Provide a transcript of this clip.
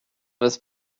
was